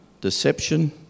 Deception